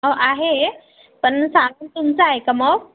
आहे पण सांग तुमचा आहे का मग